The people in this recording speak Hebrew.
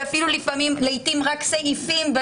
ולעיתים רק סעיפים בחוק,